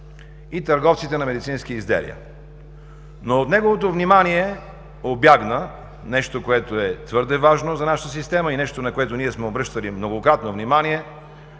и търговците на медицински изделия. Но от неговото внимание убягна нещо, което е твърде важно за нашата система, и нещо, на което ние сме обръщали многократно внимание,